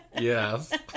Yes